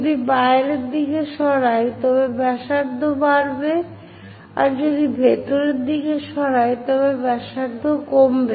যদি বাইরের দিকে সরাই তবে ব্যাসার্ধ বাড়বে আর যদি ভেতরের দিকে সরাই তবে ব্যাসার্ধ কমবে